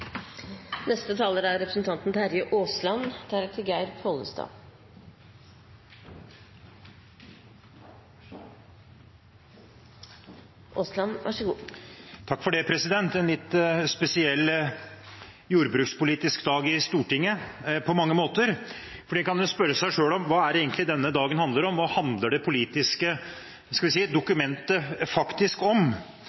Takk! Det er en litt spesiell jordbrukspolitisk dag i Stortinget på mange måter. En kan spørre seg: Hva er det egentlig denne dagen handler om? Hva handler det politiske